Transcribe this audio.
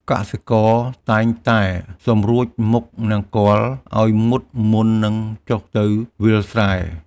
កសិករតែងតែសម្រួចមុខនង្គ័លឱ្យមុតមុននឹងចុះទៅវាលស្រែ។